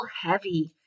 heavy